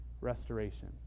restoration